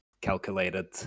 calculated